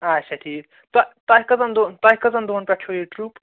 آچھا ٹھیٖک تہٕ تۄہہِ کٔژَن دوٚ تۄہہِ کٔژَن دۄہَن پٮ۪ٹھ چھُو یہِ ٹرٛپ